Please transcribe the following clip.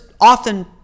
often